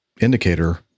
indicator